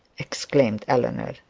exclaimed eleanor.